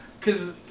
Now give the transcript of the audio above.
cause